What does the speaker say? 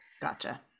Gotcha